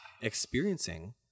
experiencing